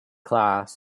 class